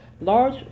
large